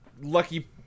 Lucky